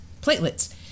platelets